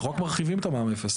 אנחנו רק מרחיבים את מע"מ אפס.